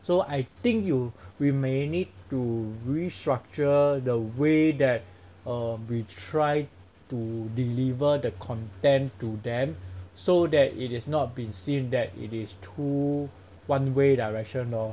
so I think you we may need to restructure the way that err we try to deliver the content to them so that it is not been seen that it is too one way direction lor